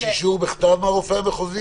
יש אישור בכתב מהרופא המחוזי?